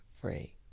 free